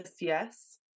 yes